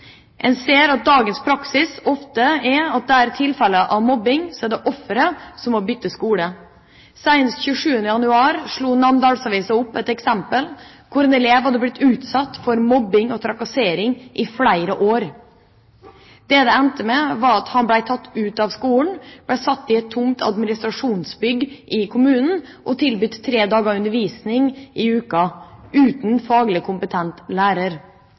En ser at dagens praksis ofte er at i tilfeller av mobbing er det offeret som må bytte skole. Senest den 27. januar trakk Namdalsavisa fram et eksempel på en elev som hadde blitt utsatt for mobbing og trakassering i flere år. Det det endte med, var at eleven ble tatt ut av skolen, ble satt i et tomt administrasjonsbygg i kommunen og tilbudt undervisning tre dager i uka, uten faglig kompetent lærer.